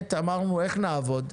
אמרנו איך נעבוד?